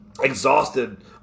exhausted